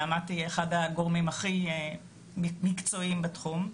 נעמת היא אחד הגורמים הכי מקצועיים בתחום.